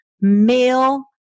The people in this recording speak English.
male